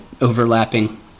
overlapping